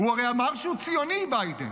הוא הרי אמר שהוא ציוני, ביידן.